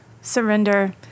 surrender